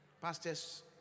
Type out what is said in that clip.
Pastors